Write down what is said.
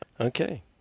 Okay